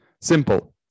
Simple